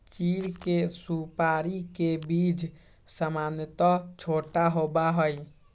चीड़ के सुपाड़ी के बीज सामन्यतः छोटा होबा हई